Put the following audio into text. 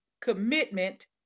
commitment